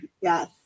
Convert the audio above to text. Yes